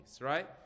right